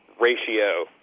ratio